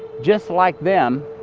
just like them,